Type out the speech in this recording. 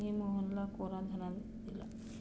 मी मोहनला कोरा धनादेश दिला